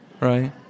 Right